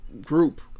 group